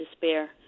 despair